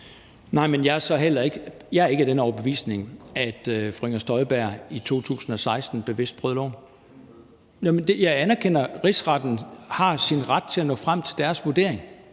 Nej, men jeg er ikke af den overbevisning, at fru Inger Støjberg i 2016 bevidst brød loven. Jeg anerkender, at Rigsretten har sin ret til at nå frem til sin vurdering